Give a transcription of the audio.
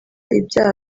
ibyaha